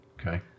okay